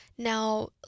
Now